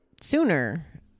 sooner